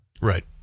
Right